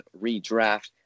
redraft